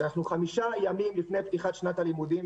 שאנחנו חמישה ימים לפני פתיחת שנת הלימודים